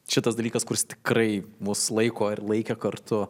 šitas dalykas kuris tikrai mus laiko laikė kartu